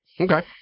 Okay